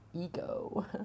ego